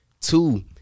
two